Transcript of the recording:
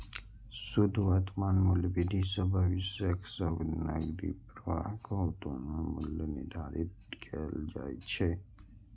शुद्ध वर्तमान मूल्य विधि सं भविष्यक सब नकदी प्रवाहक वर्तमान मूल्य निर्धारित कैल जाइ छै